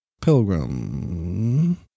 Pilgrim